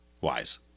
wise